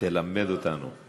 תלמד אותנו.